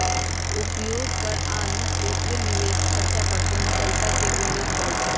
उपभोग कर आन दोसर निवेश खरचा पर कोनो पइसा के उल्लेख करइ छै